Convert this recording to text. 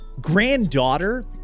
Granddaughter